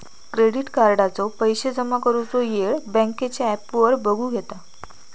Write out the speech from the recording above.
credit कार्डाचो पैशे जमा करुचो येळ बँकेच्या ॲपवर बगुक येता